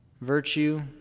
virtue